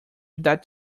without